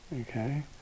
Okay